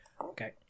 okay